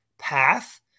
Path